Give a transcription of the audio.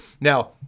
now